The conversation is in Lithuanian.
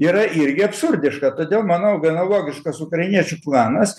yra irgi absurdiška todėl manau gana logiškas ukrainiečių planas